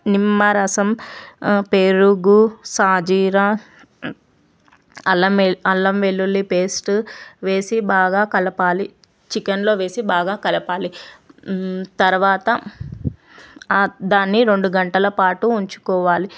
నిమ్మరసం ఆ పెరుగు షాజీర అల్లం అల్లంవెల్లులి పేస్టు వేసి బాగా కలపాలి చికెన్లో వేసి బాగా కలపాలి తర్వాత ఆ దాన్ని రెండు గంటలపాటు ఉంచుకోవాలి